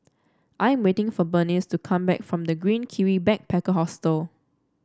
I am waiting for Berenice to come back from The Green Kiwi Backpacker Hostel